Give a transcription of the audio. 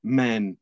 men